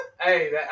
hey